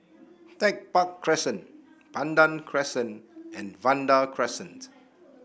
Tech Park Crescent Pandan Crescent and Vanda Crescent